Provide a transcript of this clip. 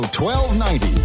1290